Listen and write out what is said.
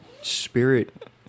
Spirit